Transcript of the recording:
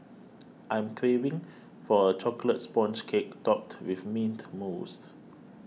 I am craving for a Chocolate Sponge Cake Topped with Mint Mousse